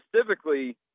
specifically